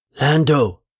Lando